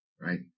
Right